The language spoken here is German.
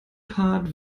part